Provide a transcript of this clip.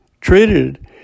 treated